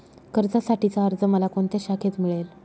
कर्जासाठीचा अर्ज मला कोणत्या शाखेत मिळेल?